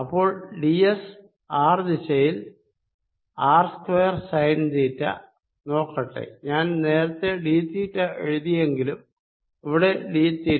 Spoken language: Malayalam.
അപ്പോൾ ഡി എസ് ആർ ദിശയിൽ ആർ സ്ക്വയർ സൈൻ തീറ്റ നോക്കട്ടെ ഞാൻ നേരത്തെ ഡി തീറ്റ എഴുതിയെങ്കിലും ഇവിടെ ഡി തീറ്റ